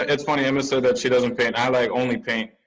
ah it's funny, emma said that she doesn't paint. i like only paint.